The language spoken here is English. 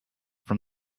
from